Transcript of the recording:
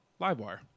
Livewire